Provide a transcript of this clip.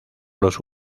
los